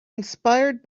inspired